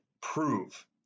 prove